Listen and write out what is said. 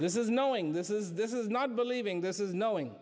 this is knowing this is this is not believing this is knowing